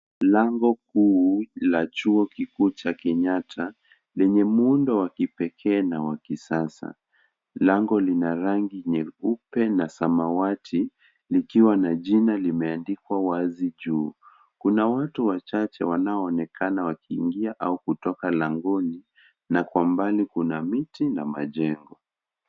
Lango kuu la chuo kikuu cha Kenyatta lenye muundo wa kipekee na wa kisasa. Lango lina rangi nyeupe na samawati, likiwa na jina limeandikwa wazi juu. Kuna watu wachache wanaoonekana wakiingia au kutoka langoni, na kwa mbali kuna miti na majengo.